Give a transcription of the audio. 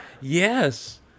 Yes